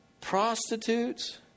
prostitutes